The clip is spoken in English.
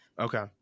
Okay